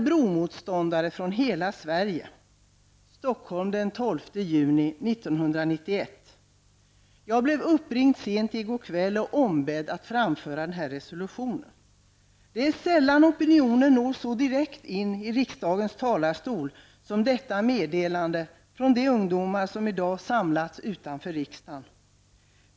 Bromotståndare från hela Sverige är samlade i Jag blev sent i går kväll uppringd och ombedd att framföra denna resolution. Det är sällan en opinion med sitt budskap når direkt i riksdagens talarstol som den gör med detta meddelande från de ungdomar som i dag samlats utanför riksdagen.